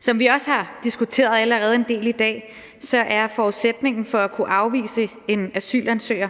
Som vi allerede har diskuteret en del i dag, er forudsætningen for at kunne afvise en asylansøger